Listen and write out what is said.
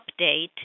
Update